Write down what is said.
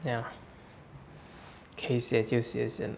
ya 可以学就学先